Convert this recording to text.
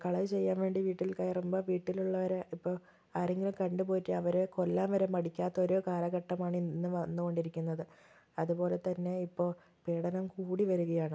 കളവു ചെയ്യാന് വേണ്ടി വീട്ടില് കയറുമ്പോള് വീട്ടിലുള്ളവർ ഇപ്പോൾ ആരെങ്കിലും കണ്ടു പോക്കിയാൽ അവരെ കൊല്ലാന് വരെ മടിക്കാത്ത ഓരോ കാലഘട്ടമാണ് ഇന്ന് വന്നു കൊണ്ടിരിക്കുന്നത് അതുപോലെ തന്നെ ഇപ്പോൾ പീഡനം കൂടി വരികയാണ്